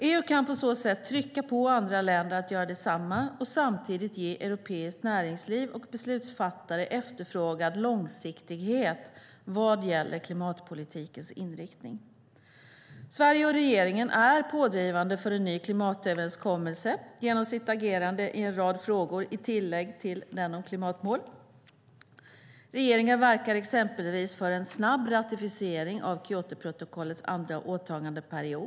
EU kan på så sätt trycka på andra länder att göra detsamma och samtidigt ge europeiskt näringsliv och beslutsfattare efterfrågad långsiktighet vad gäller klimatpolitikens inriktning. Sverige och regeringen är pådrivande för en ny klimatöverenskommelse genom sitt agerande i en rad frågor i tillägg till den om klimatmål. Regeringen verkar exempelvis för en snabb ratificering av Kyotoprotokollets andra åtagandeperiod.